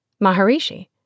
Maharishi